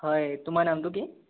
হয় তোমাৰ নামটো কি